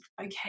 Okay